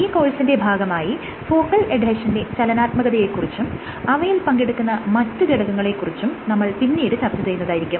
ഈ കോഴ്സിന്റെ ഭാഗമായി ഫോക്കൽ എഡ്ഹെഷന്റെ ചലനാത്മകതയെ കുറിച്ചും അവയിൽ പങ്കെടുക്കുന്ന മറ്റ് ഘടകങ്ങളെ കുറിച്ചും നമ്മൾ പിന്നീട് ചർച്ച ചെയ്യുന്നതായിരിക്കും